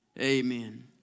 Amen